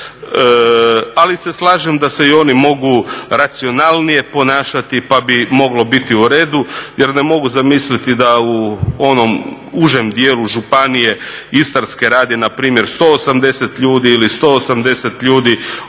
Ali se slažem da se i oni mogu racionalnije ponašati pa bi moglo biti u redu, jer ne mogu zamisliti da u onom užem dijelu Županije istarske radi na primjer 180 ljudi ili 180 ljudi